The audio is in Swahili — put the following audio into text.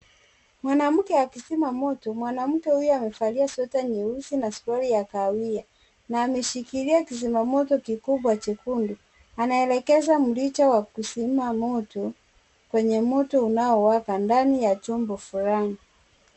Mwanamke akizima moto, mwanamke huyu amevalia (cs)sweater(cs) nyeusi na suruari ya kahawia, na ameshikilia kizima moto kikubwa chekundu, anaelekeza mrija wa kuzima moto, kwenye moto unao waka ndani ya chombo fulani.